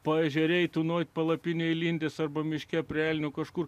paežerėje tūnoti palapinėje mylintis arba miške prie elnių kažkur